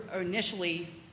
initially